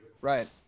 right